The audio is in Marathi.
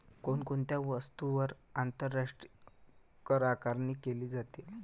कोण कोणत्या वस्तूंवर आंतरराष्ट्रीय करआकारणी केली जाते?